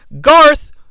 Garth